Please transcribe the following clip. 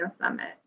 summit